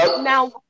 now